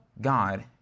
God